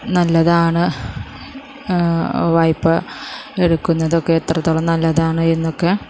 നല്ലതാണ് വായ്പ്പ എടുക്കുന്നതൊക്കെ എത്രത്തോളം നല്ലതാണ് എന്നൊക്കെ